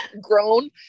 Grown